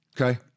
Okay